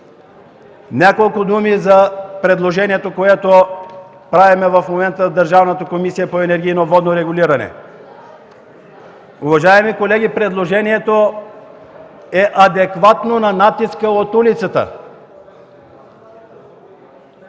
Няколко думи за предложението, което правим в момента в Държавната комисия по енергийно и водно регулиране. Уважаеми колеги, предложението е адекватно на натиска от улицата,